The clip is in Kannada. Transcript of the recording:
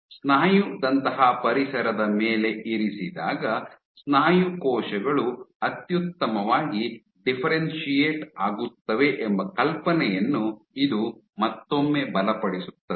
ಸ್ನಾಯುದಂತಹ ಪರಿಸರದ ಮೇಲೆ ಇರಿಸಿದಾಗ ಸ್ನಾಯು ಕೋಶಗಳು ಅತ್ಯುತ್ತಮವಾಗಿ ಡಿಫ್ಫೆರೆನ್ಶಿಯೇಟ್ ಆಗುತ್ತವೆ ಎಂಬ ಕಲ್ಪನೆಯನ್ನು ಇದು ಮತ್ತೊಮ್ಮೆ ಬಲಪಡಿಸುತ್ತದೆ